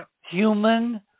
human